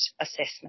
assessment